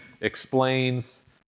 explains